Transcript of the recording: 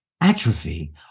atrophy